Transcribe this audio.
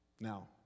Now